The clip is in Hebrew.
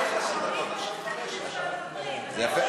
זה יפה.